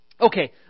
Okay